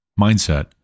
mindset